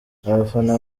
abana